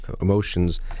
emotions